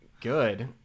good